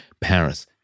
Paris